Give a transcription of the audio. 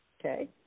okay